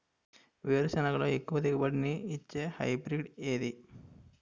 వేరుసెనగ లో ఎక్కువ దిగుబడి నీ ఇచ్చే హైబ్రిడ్ ఏది?